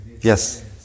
Yes